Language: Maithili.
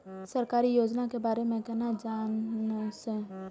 सरकारी योजना के बारे में केना जान से?